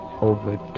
over